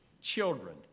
Children